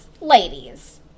ladies